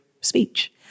speech